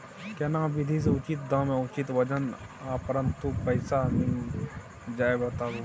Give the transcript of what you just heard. केना विधी से उचित दाम आ उचित वजन आ तुरंत पैसा मिल जाय बताबू?